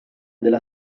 della